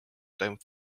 toimub